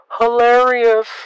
Hilarious